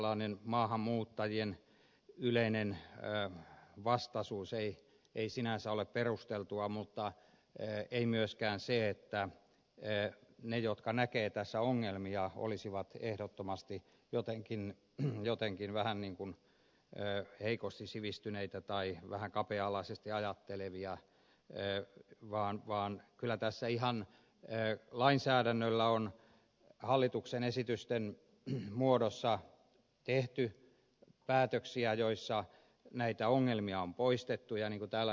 tällainen maahanmuuttajien yleinen vastaisuus ei sinänsä ole perusteltua mutta ei myöskään se että ne jotka näkevät tässä ongelmia olisivat ehdottomasti jotenkin vähän heikosti sivistyneitä tai vähän kapea alaisesti ajattelevia vaan kyllä tässä ihan lainsäädännöllä on hallituksen esitysten muodossa tehty päätöksiä joissa näitä ongelmia on poistettu ja niin kuin täällä ed